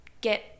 get